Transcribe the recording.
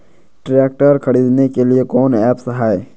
Tractor खरीदने के लिए कौन ऐप्स हाय?